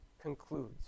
concludes